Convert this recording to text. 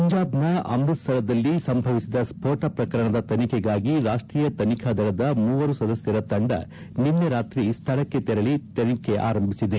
ಪಂಜಾಬ್ನ ಅಮೃತಸರದಲ್ಲಿ ಸಂಭವಿಸಿದ ಸ್ಪೋಟ ಪ್ರಕರಣದ ತನಿಖೆಗಾಗಿ ರಾಷ್ಷೀಯ ತನಿಖಾ ದಳದ ಮೂವರು ಸದಸ್ಕರ ತಂಡ ನಿನ್ನೆ ರಾತ್ರಿ ಸ್ಥಳಕ್ಕೆ ತೆರಳಿ ತನಿಖೆ ಆರಂಭಿಸಿದೆ